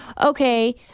okay